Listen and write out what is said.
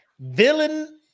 Villain